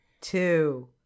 two